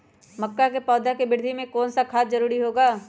मक्का के पौधा के वृद्धि में कौन सा खाद जरूरी होगा?